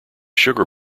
sugar